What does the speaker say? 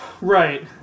Right